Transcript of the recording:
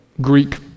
Greek